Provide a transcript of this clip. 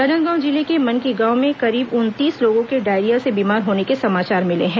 राजनांदगांव जिले के मनकी गांव में करीब उन्नीस लोगों के डायरिया से बीमार होने के समाचार मिले हैं